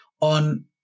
on